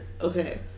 okay